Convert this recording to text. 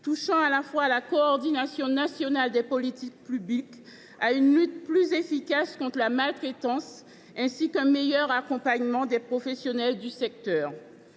touchant à la fois à la coordination nationale des politiques publiques, à une lutte plus efficace contre la maltraitance, ainsi qu’à un meilleur accompagnement des professionnels du secteur.